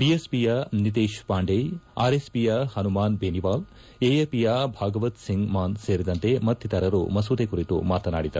ಬಿಎಸ್ಪಿಯ ನಿತೇಶ್ ಪಾಂಡೆ ಆರ್ಎಸ್ಪಿಯ ಹನುಮಾನ್ ಬೇನಿವಾಲ್ ಎಎಪಿಯ ಭಾಗವತ್ ಸಿಂಗ್ ಮಾನ್ ಸೇರಿದಂತೆ ಮತ್ತಿತರರು ಮಸೂದೆ ಕುರಿತು ಮಾತನಾಡಿದರು